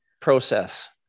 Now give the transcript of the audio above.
process